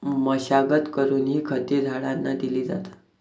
मशागत करूनही खते झाडांना दिली जातात